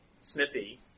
smithy